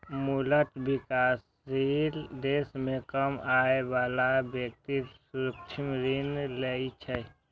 मूलतः विकासशील देश मे कम आय बला व्यक्ति सूक्ष्म ऋण लै छै